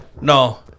No